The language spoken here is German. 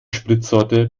spritsorte